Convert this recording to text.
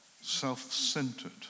Self-centered